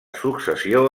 successió